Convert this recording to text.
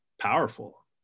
powerful